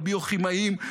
הביוכימאים,